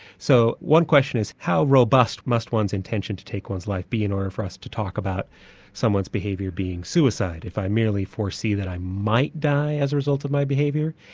so one question is how robust must one's intention to take one's life be in order for us to talk about someone's behaviour being suicide. if i merely foresee that i might die as a result of my behaviour,